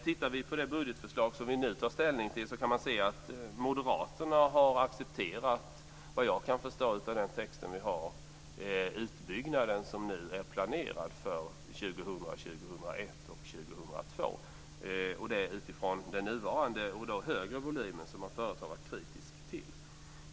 Tittar man på det budgetförslag som vi nu tar ställning till kan man se att Moderaterna, vad jag kan förstå av texten, har accepterat den utbyggnad som är planerad för åren 2000, 2001 och 2002, och detta utifrån den nuvarande och högre volym som man förut har varit kritisk mot.